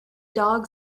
dog